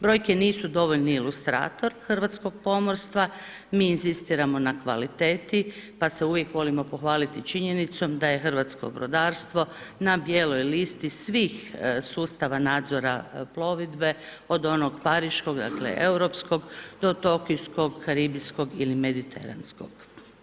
Brojke nisu dovoljni ilustrator hrvatskog pomorstva mi inzistiramo na kvaliteti pa se uvijek volimo pohvaliti činjenicom da je hrvatsko brodarstvo na bijeloj listi svih sustava nadzora plovidbe od onoga pariškog dakle europskog do tokijskog, karibiskog ili mediteranskog.